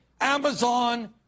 Amazon